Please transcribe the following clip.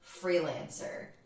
freelancer